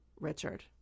Richard